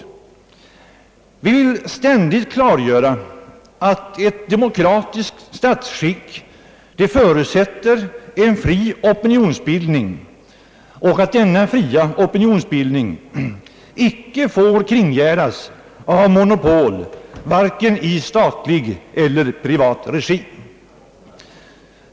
Vi vill ständigt klargöra att ett demokratiskt statsskick förutsätter en fri opinionsbildning och att denna fria opinionsbildning inte får kringgärdas av monopol, vare sig i statlig eller privat regi.